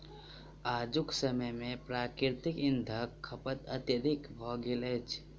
आजुक समय मे प्राकृतिक इंधनक खपत अत्यधिक भ गेल अछि